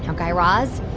um guy raz,